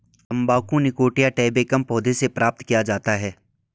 तंबाकू Nicotiana tabacum पौधे से प्राप्त किया जाता है